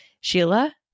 Sheila